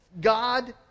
God